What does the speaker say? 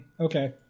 okay